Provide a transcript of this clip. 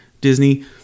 Disney